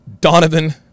Donovan